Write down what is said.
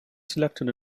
selected